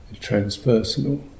Transpersonal